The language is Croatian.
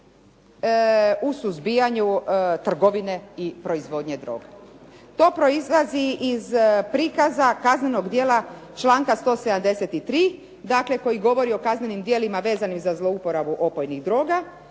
u suzbijanju trgovine i proizvodnje droge. To proizlazi iz prikaza kaznenog djela članka 173. dakle koji govori o kaznenim djelima vezanim za zlouporabu opojnih droga